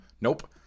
nope